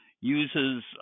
uses